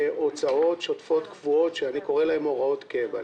הוצאות שוטפות קבועות שאני קורא להן הוראות קבע,